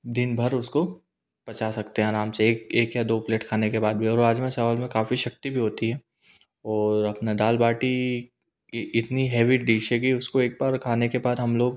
दिन भर उसको पचा सकते हैं आराम से एक एक या दो प्लेट खाने के बाद भी और राजमा चावल में काफ़ी शक्ति भी होती है और अपना दाल बाटी इतनी हैवी डिश है कि उसको एक बार खाने के बाद हम लोग